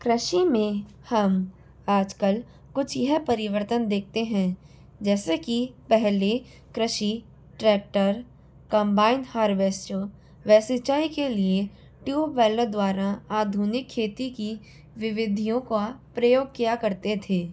कृषि में हम आजकल कुछ यह परिवर्तन देखते हैं जैसे कि पहले कृषि ट्रैक्टर कम्बाइन्ड हार्वेस्टर व सिंचाई के लिए ट्यूबवेलों द्वारा आधुनिक खेती की विवधियों का प्रयोग किया करते थे